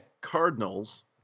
Cardinals